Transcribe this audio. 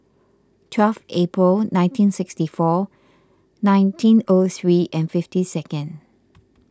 twelve April nineteen sixty four nineteen O three and fifty second